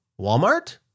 Walmart